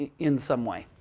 ah in some way.